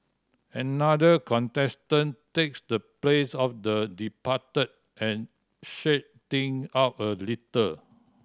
another contestant takes the place of the departed and shake thing up a little